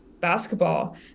basketball